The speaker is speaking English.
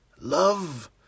Love